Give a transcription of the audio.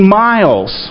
miles